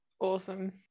Awesome